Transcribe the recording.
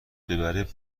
ببره